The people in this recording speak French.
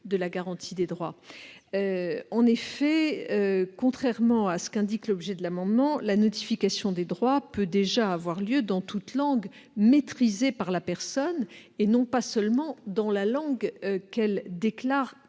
En effet, contrairement à ce qui figure dans l'objet de l'amendement, la notification des droits peut déjà avoir lieu dans toute langue maîtrisée par la personne, et non seulement dans la langue qu'elle déclare